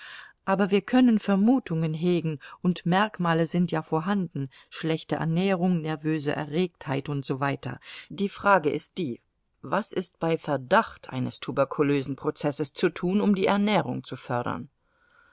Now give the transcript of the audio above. aber wir können vermutungen hegen und merkmale sind ja vorhanden schlechte ernährung nervöse erregtheit und so weiter die frage ist die was ist bei verdacht eines tuberkulösen prozesses zu tun um die ernährung zu fördern